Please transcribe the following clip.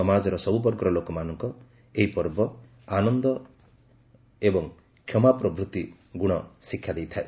ସମାଜର ସବୁବର୍ଗର ଲୋକମାନଙ୍କୁ ଏହି ପର୍ବ ଆନନ୍ଦ ଏବଂ କ୍ଷମା ପ୍ରଭୃତି ଗୁଣ ଶିକ୍ଷା ଦେଇଥାଏ